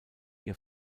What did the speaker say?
ihr